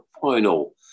final